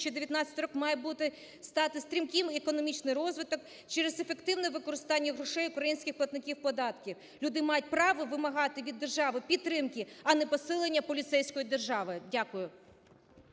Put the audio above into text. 2019 рік має бути стати стрімкий економічний розвиток через ефективне зростання грошей українських платників податків. Люди мають право вимагати від держави підтримки, а не посилення поліцейської держави. Дякую.